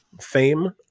fame